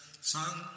sun